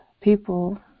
people